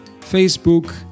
Facebook